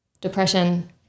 depression